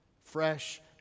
fresh